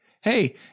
hey